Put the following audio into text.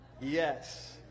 Yes